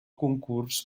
concurs